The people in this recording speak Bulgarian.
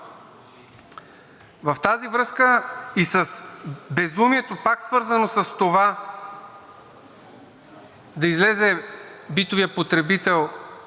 В тази връзка и с безумието, пак свързано с това да излезе битовият потребител